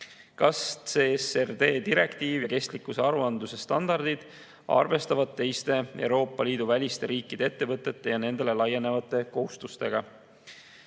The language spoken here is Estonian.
"Kas CSRD direktiiv ja kestlikkuse aruandluse standardid arvestavad teiste, Euroopa Liidu väliste riikide ettevõtete ja nendele laienevate kohustustega?"